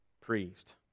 priest